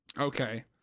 Okay